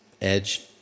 edge